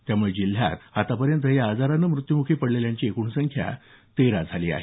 त्यामुळे जिल्ह्यात आतापर्यंत मृत्यूमुखी पडलेल्यांची एकूण संख्या तेरा झाली आहे